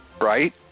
right